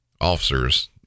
Officers